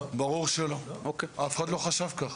ברור שלא, אף אחד לא חשב ככה.